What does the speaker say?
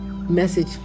message